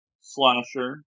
Slasher